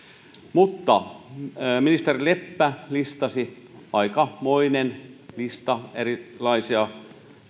mutta ministeri leppä listasi aikamoisen listan erilaisia